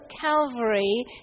Calvary